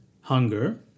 hunger